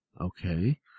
Okay